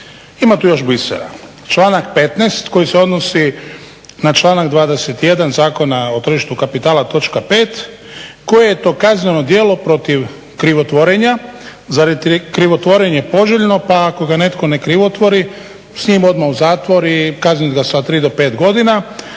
Ima tu još bisera. Članak 15. koji se odnosi na članak 21. Zakona o tržištu kapitala točka 5., koje je to kazneno djelo protiv krivotvorenja? Zar je krivotvorenje poželjno pa ako ga netko ne krivotvori s njim odmah u zatvor i kaznit ga sa 3 do 5 godina.